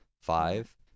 five